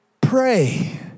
pray